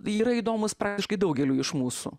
yra įdomūs praktiškai daugeliui iš mūsų